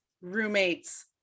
roommates